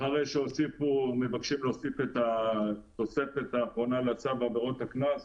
אחרי שמבקשים להוסיף את התוספת האחרונה לצו עבירות הקנס,